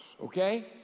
okay